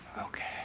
Okay